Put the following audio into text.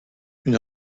une